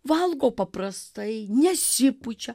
valgo paprastai nesipučia